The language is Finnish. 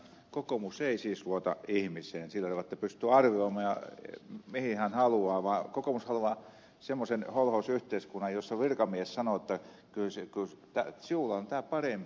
kokoomus ei siis luota ihmiseen sillä tavalla että pystyy arvioimaan mihin hän haluaa vaan kokoomus haluaa semmoisen holhousyhteiskunnan jossa virkamies sanoo että kyllä sinulle on tämä parempi